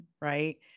right